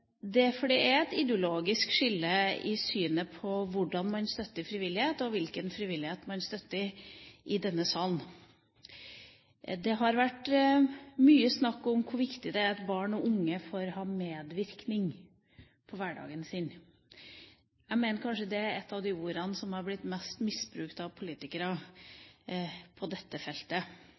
for det er et ideologisk skille i denne salen i synet på hvordan man støtter frivillighet, og hvilken frivillighet man støtter. Det har vært mye snakk om hvor viktig det er at barn og unge får medvirkning på hverdagen sin. Jeg mener det er et av ordene som har blitt mest misbrukt av politikere på dette feltet,